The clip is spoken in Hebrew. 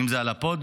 אם זה על הפודיום,